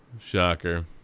shocker